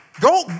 go